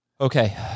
Okay